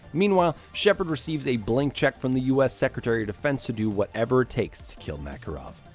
meanwhile, shepherd receives a blank check from the us secretary of defense to do whatever it takes to kill makarov.